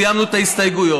סיימנו את ההסתייגויות.